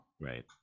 Right